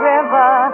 River